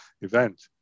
event